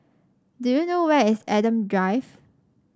do you know where is Adam Drive